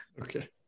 Okay